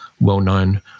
well-known